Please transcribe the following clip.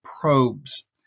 probes